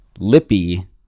Lippy